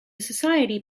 society